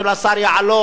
של השר יעלון,